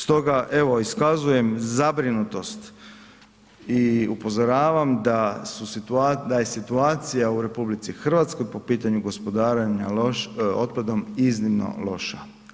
Stoga evo, iskazujem zabrinutost i upozoravam da je situacija u RH po pitanju gospodarenja otpadom iznimno loša.